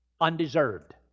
undeserved